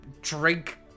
drink